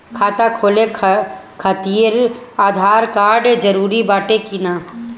खाता खोले काहतिर आधार कार्ड जरूरी बाटे कि नाहीं?